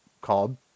called